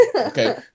Okay